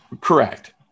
Correct